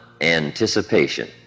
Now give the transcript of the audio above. anticipation